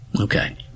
Okay